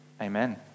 Amen